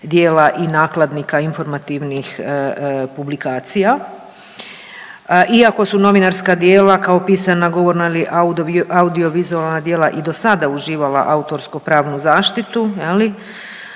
i nakladnika informativnih publikacija. Iako su novinarska djela kao pisana govorna ili audiovizualna djela i do sada uživala autorsko-pravnu zaštitu